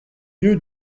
lieu